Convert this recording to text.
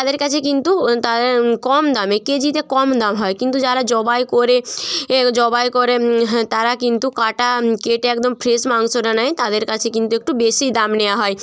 তাদের কাছে কিন্তু তা কম দামে কেজিতে কম দাম হয় কিন্তু যারা জবাই করে এ জবাই করে হ্যাঁ তারা কিন্তু কাটা কেটে একদম ফ্রেশ মাংসটা নেয় তাদের কাছে কিন্তু একটু বেশি দাম নেওয়া হয়